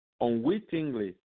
unwittingly